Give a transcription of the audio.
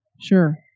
Sure